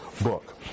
book